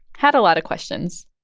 had a lot of questions